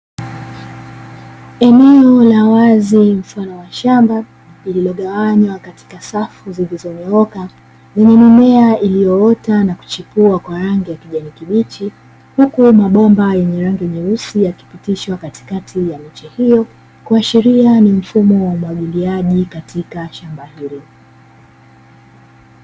Eneo la wazi mfano wa shamba, lililogawanywa katika safu zilizonyooka; yenye mimea iliyoota na kuchipua kwa rangi ya kijani kibichi, huku mabomba yenye rangi nyeusi yakipitishwa katikati ya miche hiyo, kuashiria ni mfumo wa umwagiliaji katika shamba hilo.